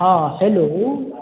हँ हेलो